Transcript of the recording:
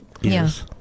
yes